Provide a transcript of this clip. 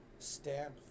Stamp